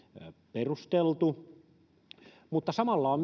perusteltu mutta samalla on